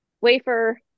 Wafer